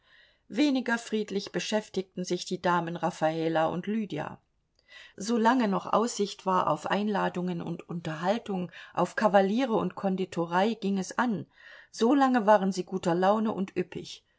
weniger friedlich beschäftigten sich die damen raffala und lydia solange noch aussicht war auf einladungen und unterhaltung auf kavaliere und konditorei ging es an solange waren sie guter laune und üppig